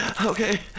Okay